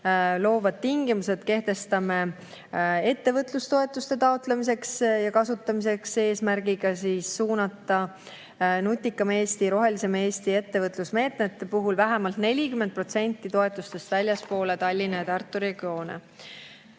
loovad tingimused kehtestame ettevõtlustoetuste taotlemiseks ja kasutamiseks eesmärgiga suunata Nutikama Eesti ja Rohelisema Eesti ettevõtlusmeetmete puhul vähemalt 40% toetustest väljapoole Tallinna ja Tartu regioone.